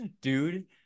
Dude